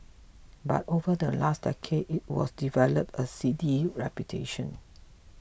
but over the last decade it was developed a seedy reputation